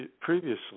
previously